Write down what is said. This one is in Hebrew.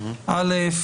א.